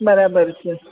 બરાબર છે